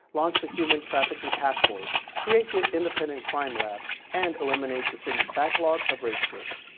launched a human trafficking task force, created independent crime lab and eliminate the city's backlog of rape kits.